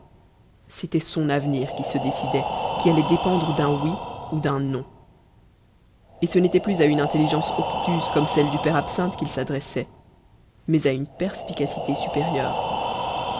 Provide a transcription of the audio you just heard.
c'était son avenir qui se décidait qui allait dépendre d'un oui ou d'un non et ce n'était plus à une intelligence obtuse comme celle du père absinthe qu'il s'adressait mais à une perspicacité supérieure